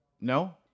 No